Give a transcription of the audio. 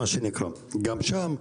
גם שם,